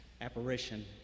...apparition